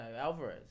Alvarez